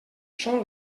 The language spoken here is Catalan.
són